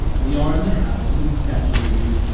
we are in the habit of exaggerating,